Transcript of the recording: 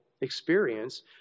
experience